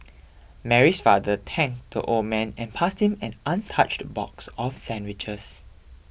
Mary's father tanked the old man and passed him an untouched box of sandwiches